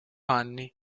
anni